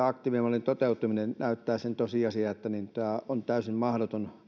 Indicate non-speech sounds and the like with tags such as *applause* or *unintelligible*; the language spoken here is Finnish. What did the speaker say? *unintelligible* aktiivimallin toteutuminen näyttää sen tosiasian että tämä on täysin mahdoton